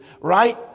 right